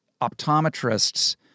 optometrists